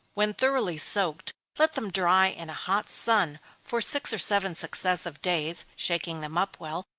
when thoroughly soaked, let them dry in a hot sun for six or seven successive days, shaking them up well,